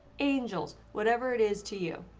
angels, whatever it is to you,